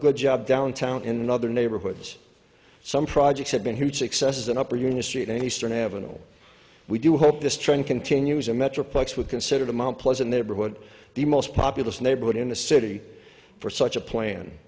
a good job downtown in other neighborhoods some projects have been huge successes and upper eunice treat an eastern ave all we do hope this trend continues and metroplex would consider the mount pleasant neighborhood the most populous neighborhood in the city for such a plan